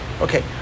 okay